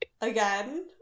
Again